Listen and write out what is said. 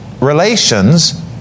relations